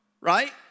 right